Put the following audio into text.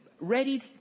ready